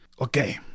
Okay